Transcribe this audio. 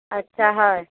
अच्छा हय